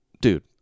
Dude